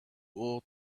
old